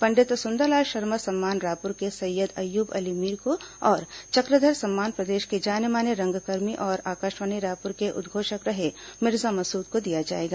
पंडित सुंदरलाल शर्मा सम्मान रायपुर के सैय्यद अय्यूब अली मीर को और चक्रधर सम्मान प्रदेश के जाने माने रंगकर्मी और आकाशवाणी रायपुर के उद्घोषक रहे मिर्जा मसूद को दिया जाएगा